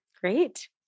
Great